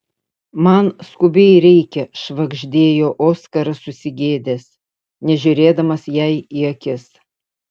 man skubiai reikia švagždėjo oskaras susigėdęs nežiūrėdamas jai į akis